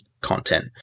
content